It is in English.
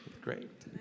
Great